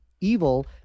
evil